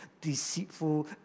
deceitful